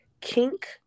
kink